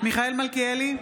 מיכאל מלכיאלי,